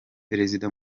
perezida